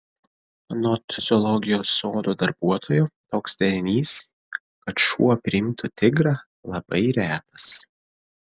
anot zoologijos sodo darbuotojo toks derinys kad šuo priimtų tigrą labai retas